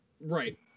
Right